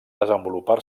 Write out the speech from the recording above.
desenvolupar